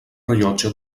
rellotge